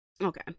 okay